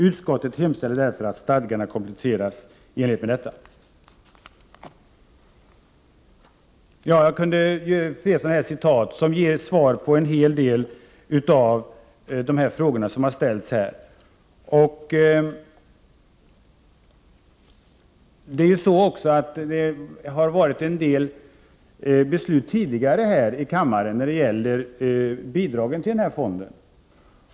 Utskottet hemställer därför att stadgarna kompletteras i enlighet med detta.” Jag skulle kunna återge flera citat, som ger svar på en hel del av de frågor som har ställts här. Det har fattats en del beslut tidigare i kammaren om bidrag till den här fonden.